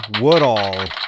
Woodall